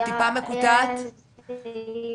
אבל המסר עבר.